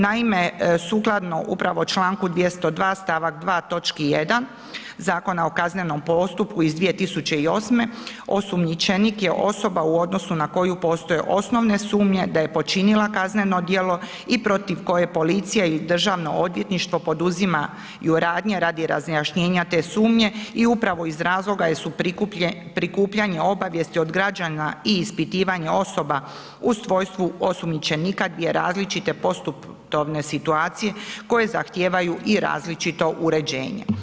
Naime, sukladno upravo članku 202. stavak 2. točki 1. Zakona o kaznenom postupku iz 2008., osumnjičenik je osoba u odnosu na koju postoje osnovne sumnje da je počinila kazneno djelo i protiv koje policija i Državno odvjetništvo poduzimaju radnje radi razjašnjenja te sumnje i upravo iz razloga jer su prikupljanje obavijesti od građana i ispitivanje osoba u svojstvu osumnjičenika dvije različite postupovne situacije koje zahtijevaju i različito uređenje.